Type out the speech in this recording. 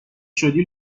شدی